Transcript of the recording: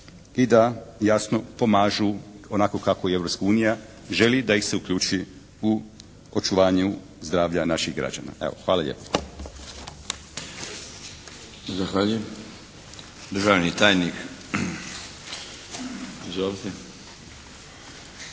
i da jasno pomažu onako kako Europska unija želi da ih se uključi u očuvanju zdravlja naših građana. Hvala lijepo.